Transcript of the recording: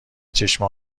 چشمه